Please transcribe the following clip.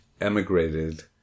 emigrated